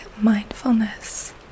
mindfulness